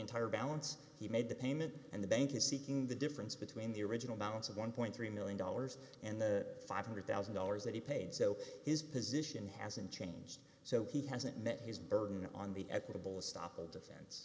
entire balance he made the payment and the bank is seeking the difference between the original balance of one point three million dollars and the five hundred thousand dollars that he paid so his position hasn't changed so he hasn't met his burden on the equitable stoppel defen